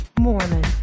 Mormon